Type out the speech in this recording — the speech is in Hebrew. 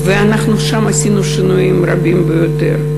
ואנחנו עשינו שם שינויים רבים ביותר.